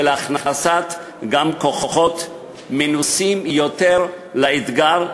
וגם להכנסת כוחות מנוסים יותר לאתגר,